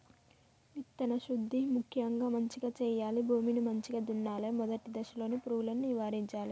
విత్తన శుద్ధి ముక్యంగా మంచిగ చేయాలి, భూమిని మంచిగ దున్నలే, మొదటి దశలోనే పురుగులను నివారించాలే